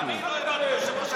אני לא העברתי כיושב-ראש הקואליציה?